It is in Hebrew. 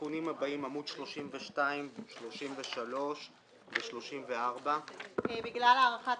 התיקון הבא הוא בעמודים 32 34. בגלל הארכת